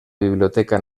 biblioteca